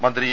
മന്ത്രി ഇ